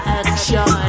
action